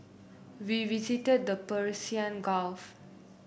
we visited the Persian Gulf